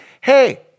hey